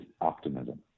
optimism